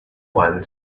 one